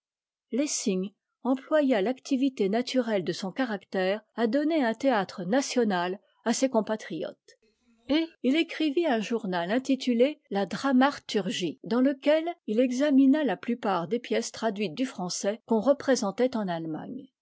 lessing emp oya l'activité naturelle de son caractère à donner un théâtre national à ses compatriotes et il écrivit un journal intitulé la dramarturgie dans lequel il examina la plupart des pièces traduites du français qu'on représentait en allemagne